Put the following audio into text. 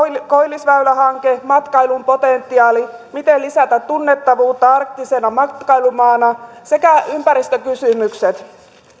koillisväylä hanke matkailun potentiaali se miten lisätä tunnettavuutta arktisena matkailumaana sekä ympäristökysymykset